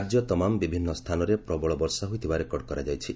ରାଜ୍ୟତମାମ୍ ବିଭିନ୍ନ ସ୍ଛାନରେ ପ୍ରବଳ ବର୍ଷା ହୋଇଥିବା ରେକର୍ଡ କରାଯାଇଛି